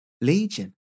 Legion